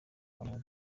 muntu